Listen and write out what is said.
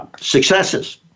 successes